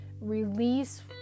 release